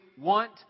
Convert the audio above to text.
want